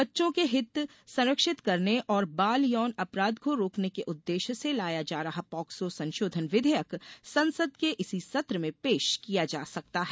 बच्चों के हित संरक्षित करने और बाल यौन अपराध को रोकने के उद्वेश्य से लाया जा रहा पाक्सो संशोधन विधेयक संसद के इसी सत्र में पेश किया जा सकता है